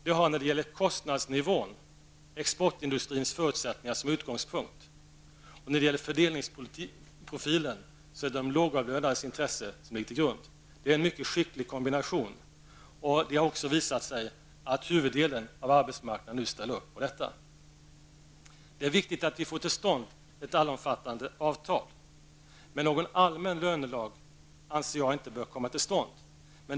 Det har när det gäller kostnadsnivån exportindustrins förutsättningar som utgångspunkt, och när det gäller fördelningsprofilen ligger de lågavlönades intressen till grund. Det är en mycket skicklig kombination, och det har också visat sig att huvuddelen av arbetsmarknaden nu ställer upp på detta. Det är viktigt att vi får till stånd ett allomfattande avtal, men någon allmän lönelag bör enligt min mening inte stiftas.